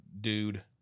dude